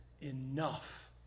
enough